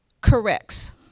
corrects